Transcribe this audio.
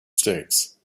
states